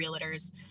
realtors